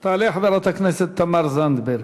תעלה חברת הכנסת תמר זנדברג.